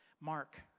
Mark